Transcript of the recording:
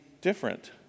different